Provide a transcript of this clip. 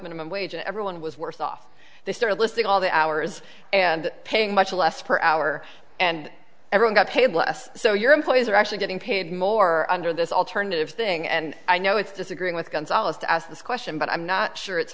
minimum wage and everyone was worse off they started listing all the hours and paying much less per hour and everyone got paid less so your employees are actually getting paid more under this alternative thing and i know it's disagreeing with gonzales to ask this question but i'm not sure it's